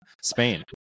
Spain